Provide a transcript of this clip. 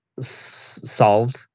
solved